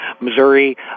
Missouri